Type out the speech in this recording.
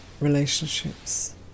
relationships